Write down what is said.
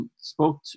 spoke